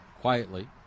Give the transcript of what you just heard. Quietly